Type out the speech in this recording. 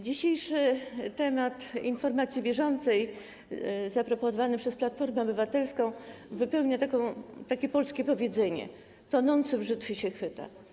Dzisiejszy temat informacji bieżącej zaproponowany przez Platformę Obywatelską wpisuje się w takie polskie powiedzenie: tonący brzytwy się chwyta.